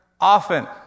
often